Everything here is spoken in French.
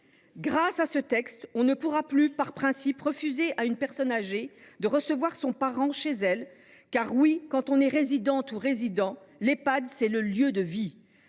Grâce à ce texte, on ne pourra plus, par principe, refuser à une personne âgée de recevoir son parent chez elle, car, oui, pour un résident, l’Ehpad est son lieu de vie,